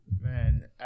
Man